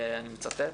אני מצטט,